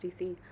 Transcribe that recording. DC